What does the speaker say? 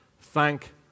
thank